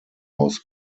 aus